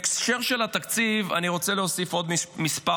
בהקשר של התקציב אני רוצה להוסיף עוד כמה